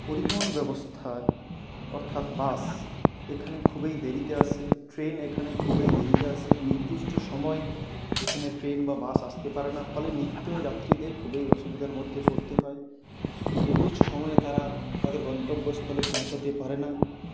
পরিবহন ব্যবস্থার অর্থাৎ বাস এখানে খুবই দেরিতে আসে ট্রেন এখানে খুবই দেরিতে আসে নির্দিষ্ট সময় এখানে ট্রেন বা বাস আসতে পারে না ফলে নিত্য যাত্রীদের খুবই অসুবিধার মধ্যে পড়তে হয় নির্দিষ্ট সময়ে তারা তাদের গন্তব্য স্থলে পৌঁছোতে পারে না